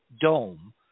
dome